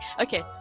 okay